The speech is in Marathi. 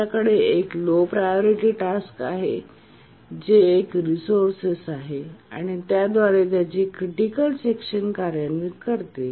आमच्याकडे एक लो प्रायोरिटी टास्क आहे जे एक रिसोर्सेस आहे आणि त्याद्वारे त्याचे क्रिटिकल सेकशन कार्यान्वित करते